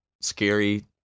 Scary